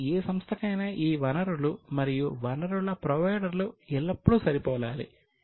కాబట్టి ఏ సంస్థకైనా ఈ వనరులు మరియు వనరుల ప్రొవైడర్లు ఎల్లప్పుడూ సరిపోలాలి